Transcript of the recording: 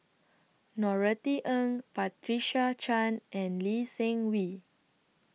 Norothy Ng Patricia Chan and Lee Seng Wee